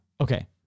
Okay